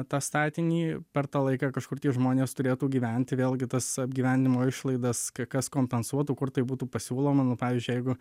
tą statinį per tą laiką kažkur tie žmonės turėtų gyventi vėlgi tas apgyvendinimo išlaidas ka kas kompensuotų kur tai būtų pasiūloma nu pavyzdžiui jeigu